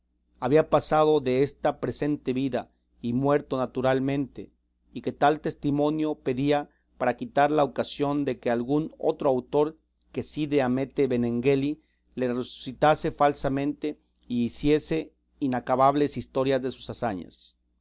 había pasado desta presente vida y muerto naturalmente y que el tal testimonio pedía para quitar la ocasión de algún otro autor que cide hamete benengeli le resucitase falsamente y hiciese inacabables historias de sus hazañas